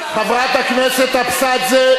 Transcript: חברת הכנסת אבסדזה.